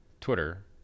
Twitter